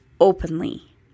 openly